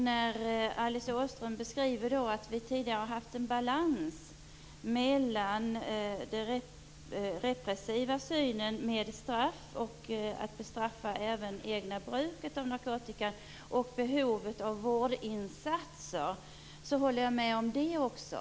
När Alice Åström beskriver att vi tidigare har haft en balans mellan den repressiva synen med straff, och att bestraffa även det egna bruket av narkotika, och behovet av vårdinsatser håller jag med om det också.